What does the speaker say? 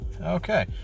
Okay